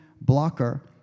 blocker